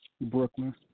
Brooklyn